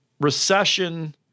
recession